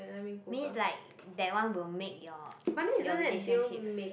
means like that one will make your your relationships